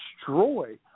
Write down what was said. destroy